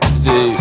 see